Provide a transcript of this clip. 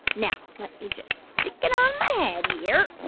now let me just stick it on my head here.